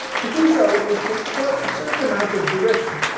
to do so is to court a certain amount of derision,